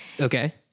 Okay